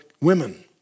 women